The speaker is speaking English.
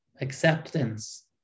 acceptance